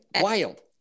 wild